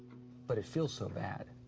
but it feels so bad.